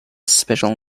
special